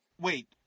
Wait